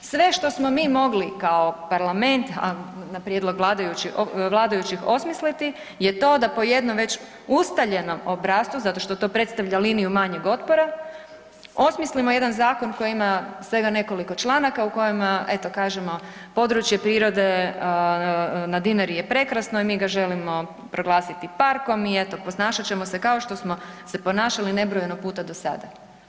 Sve što smo mi mogli kao parlament, a na prijedlog vladajućih osmisliti je to da po jednom već ustaljenom obrascu zato što to predstavlja liniju manjeg otpora osmislimo jedan zakon koji ima svega nekoliko članaka u kojima eto kažemo područje prirode na Dinari je prekrasno i mi ga želimo proglasiti parkom i eto ponašaćemo se kao smo se ponašali nebrojeno puta do sada.